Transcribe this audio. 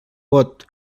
vot